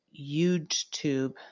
YouTube